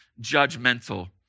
judgmental